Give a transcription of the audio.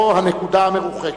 או הנקודה המרוחקת.